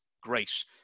Great